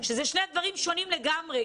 שאלה שני דברים שונים לגמרי.